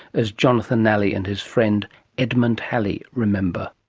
as jonathan nally and his friend edmund halley remember.